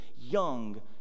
young